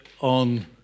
on